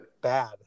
bad